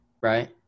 right